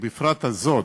ובפרט הזאת,